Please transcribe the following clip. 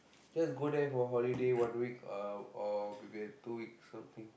just go there for holiday one week uh or maybe two weeks something